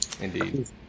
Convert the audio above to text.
Indeed